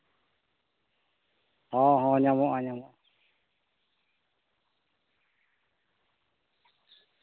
ᱦᱚᱸ ᱦᱚᱸ ᱧᱟᱢᱚᱜᱼᱟ ᱧᱟᱢᱚᱜᱼᱟ